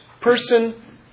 person